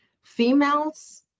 females